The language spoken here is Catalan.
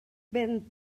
vent